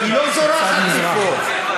היא לא זורחת מפה, תודה.